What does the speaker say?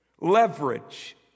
Leverage